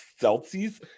Celsius